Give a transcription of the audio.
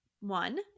One